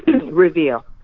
Reveal